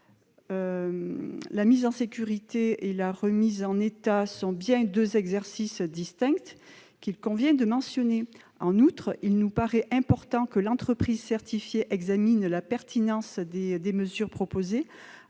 la mise en sécurité et la remise en état sont bien deux exercices distincts, qu'il convient de mentionner. En outre, il nous paraît important que l'entreprise certifiée examine la pertinence des mesures proposées